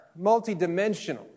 multidimensional